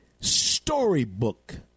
storybook